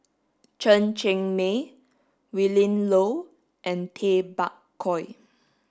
Chen Cheng Mei Willin Low and Tay Bak Koi